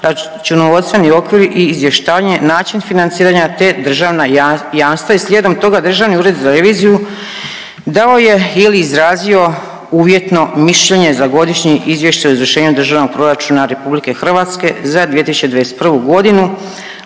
računovodstveni okvir i …/Govornica se ne razumije./… način financiranja te državna jamstva i slijedom toga Državni ured za reviziju dao je ili izrazio uvjetno mišljenje za Godišnji izvješće o izvršenju Državnog proračuna RH za 2021. godinu